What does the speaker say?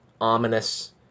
ominous